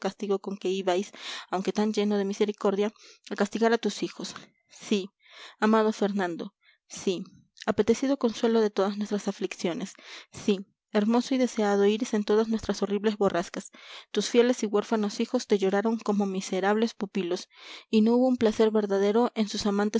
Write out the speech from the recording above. aunque tan lleno de misericordia a castigar a tus hijos sí amado fernando sí apetecido consuelo de todas nuestras aflicciones sí hermoso y deseado iris en todas nuestras horribles borrascas tus fieles y huérfanos hijos te lloraron como miserables pupilos y no hubo un placer verdadero en sus amantes